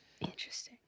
Interesting